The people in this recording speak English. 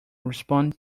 response